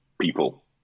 people